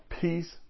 peace